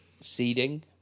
seeding